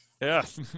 Yes